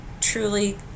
truly